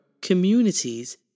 communities